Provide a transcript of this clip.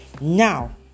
now